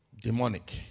demonic